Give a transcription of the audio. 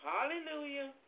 Hallelujah